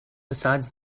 besides